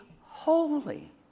holy